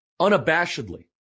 unabashedly